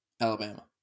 Alabama